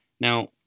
Now